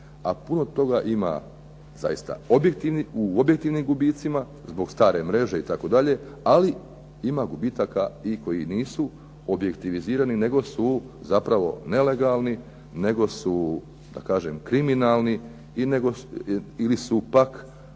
a puno toga ima zaista u objektivnim gubicima zbog stare mreže itd. ali ima gubitaka koji nisu objektivizirani nego su zapravo nelegalni, nego su kriminalni ili su pak